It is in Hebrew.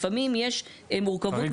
לפעמים, יש מורכבות משמעותית.